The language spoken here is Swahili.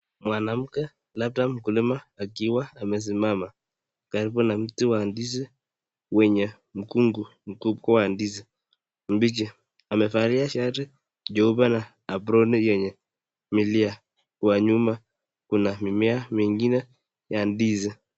Mwanamke labda ni mkulima akiwa amesimama, anaonekana kuna mti wa ndizi wenye mkunga wa ndizi mbichi, amevalia shati jeupe na aproni yenye milia, kwa nyuma kuna mimea ingine ya ndizi.